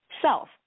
self